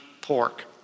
pork